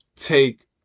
take